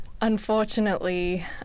unfortunately